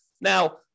now